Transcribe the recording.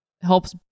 Helps